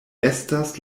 estas